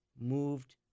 moved